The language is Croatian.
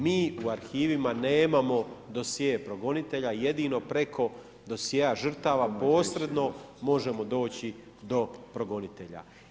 Mi u arhivima nemamo dosjee progonitelja, jedino preko dosjea žrtava posredno možemo doći do progonitelja.